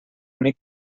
únic